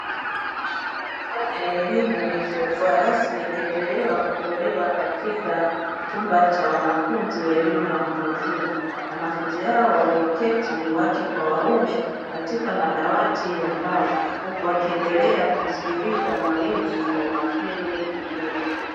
Elimu isiyokuwa rasmi ikiendelea kutolewa katika chumba cha wanafunzi wa elimu ya watu wazima, wanafunzi hao walioketi wake kwa waume katika madawati ya mbao, huku wakiendelea kumsikiliza mwalimu kwa umakini mkubwa.